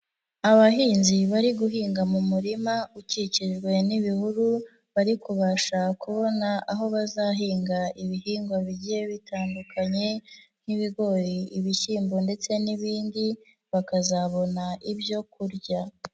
Abahinzi bari guhinga mu murima ukikijwe n'ibihuru, bari kubasha kubona aho bazahinga ibihingwa bigiye bitandukanye, nk'ibigori, ibishyimbo ndetse n'ibindi, bakazabona ibyo kurya.